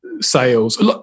Sales